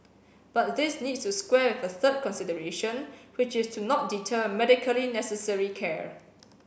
but this needs to square with a third consideration which is to not deter medically necessary care